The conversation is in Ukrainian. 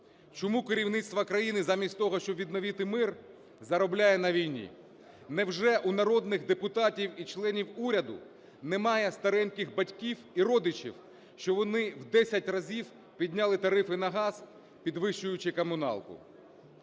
Чому керівництво країни замість того, щоб відновити мир, заробляє на війні? Невже у народних депутатів і членів уряду немає стареньких батьків і родичів, що вони в 10 разів підняли тарифи на газ, підвищуючи комуналку?